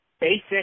basic